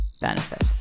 benefit